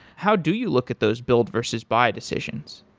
how do you look at those build versus buy decisions?